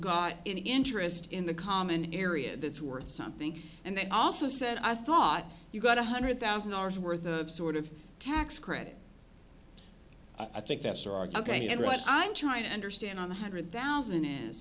got any interest in the common area that's worth something and then also said i thought you got one hundred thousand hours worth of sort of tax credit i think that's there are ok and what i'm trying to understand on the hundred thousand is